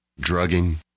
drugging